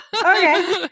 okay